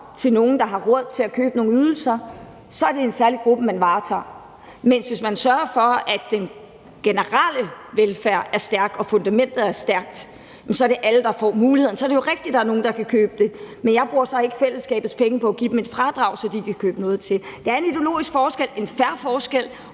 til nogle, der har råd til at købe nogle ydelser, så er det jo en særlig gruppe, man varetager. Men hvis man sørger for, at den generelle velfærd er stærk og fundamentet er stærkt, så er det alle, der får mulighederne. Så er det jo rigtigt, at der er nogle, der kan købe det, men jeg bruger så ikke fællesskabets penge på at give dem et fradrag, så de kan købe noget til. Det er en ideologisk forskel, en fair forskel,